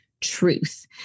truth